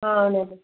అవునండి